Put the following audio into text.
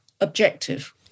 objective